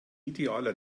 idealer